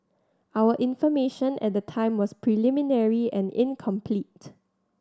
our information at the time was preliminary and incomplete